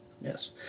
Yes